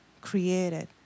created